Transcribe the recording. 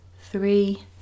three